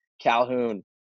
Calhoun